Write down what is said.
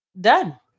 done